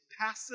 passive